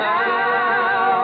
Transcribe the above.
now